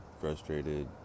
frustrated